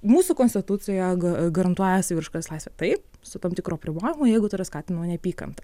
mūsų konstitucija ga garantuoja saviraiškos laisvę taip su tam tikru apribojimu jeigu tai yra skatinama neapykanta